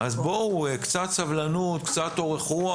אז בואו, קצת סבלנות, קצת אורך רוח.